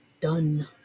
done